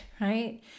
right